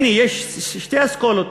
הנה, יש שתי אסכולות,